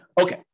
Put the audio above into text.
Okay